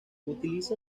utiliza